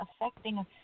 Affecting